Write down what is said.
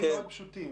פשוטים: